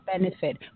benefit